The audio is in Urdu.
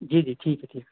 جی جی ٹھیک ہے ٹھیک ہے